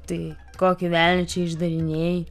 tai kokį velnią čia išdarinėji